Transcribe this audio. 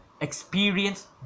experience